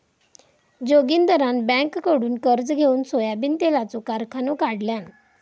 जोगिंदरान बँककडुन कर्ज घेउन सोयाबीन तेलाचो कारखानो काढल्यान